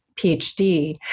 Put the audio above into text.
PhD